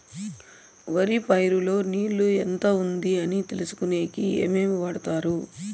వరి పైరు లో నీళ్లు ఎంత ఉంది అని తెలుసుకునేకి ఏమేమి వాడతారు?